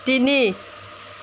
তিনি